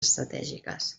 estratègiques